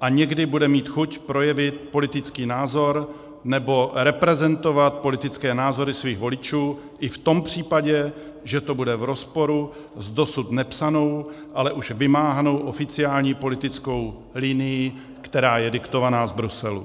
a někdy bude mít chuť projevit politický názor nebo reprezentovat politické názory svých voličů i v tom případě, že to bude v rozporu s dosud nepsanou, ale už vymáhanou oficiální politickou linií, která je diktovaná z Bruselu.